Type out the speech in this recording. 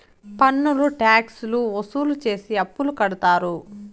పన్నులు ట్యాక్స్ లు వసూలు చేసి అప్పులు కడతారు